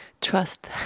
trust